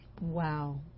Wow